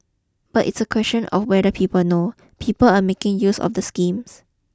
but it's a question of whether people know people are making use of the schemes